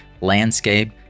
landscape